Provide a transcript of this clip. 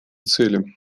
цели